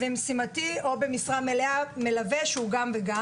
משימתי או במשרה מלאה שהוא גם וגם.